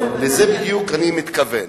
לזה בדיוק אני מתכוון.